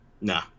Nah